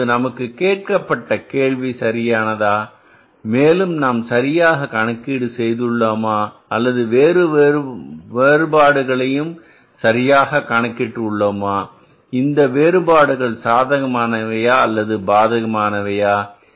இப்போது நமக்கு கேட்கப்பட்ட கேள்வி சரியானதா மேலும் நாம் சரியாக கணக்கீடு செய்துள்ளோம் அல்லது எல்லா வேறுபாடுகளையும் சரியாக கணக்கிட்டு உள்ளோமா இந்த வேறுபாடுகள் சாதகமானவையா அல்லது பாதகமானவையா